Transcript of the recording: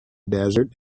desert